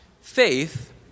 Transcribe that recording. Faith